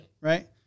Right